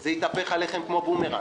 זה יתהפך עליכם כמו בומרנג.